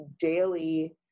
daily